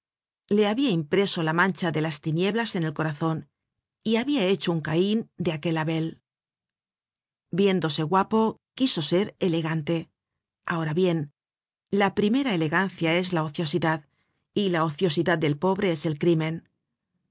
le habia impreso la mancha de las tinieblas en el corazon y habia hecho un cain de aquel abel viéndose guapo quiso ser elegante ahora bien la primera elegancia es la ociosidad y la ociosidad del pobre es el crímen